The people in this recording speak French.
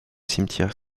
cimetière